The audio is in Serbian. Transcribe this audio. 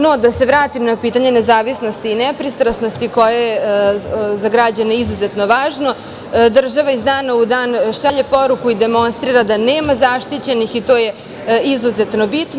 No, da se vratim na pitanje nezavisnosti i nepristrasnosti, koja je za građane izuzetno važno, država iz dana u dan šalje poruku i demonstrira da nema zaštićenih, i to je izuzetno bitno.